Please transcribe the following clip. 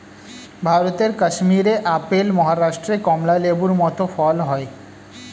ভারতের কাশ্মীরে আপেল, মহারাষ্ট্রে কমলা লেবুর মত ফল হয়